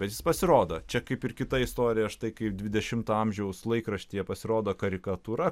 bet jis pasirodo čia kaip ir kita istorija štai kaip dvidešimto amžiaus laikraštyje pasirodo karikatūra